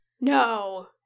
No